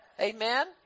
Amen